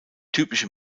typische